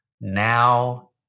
Now